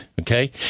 Okay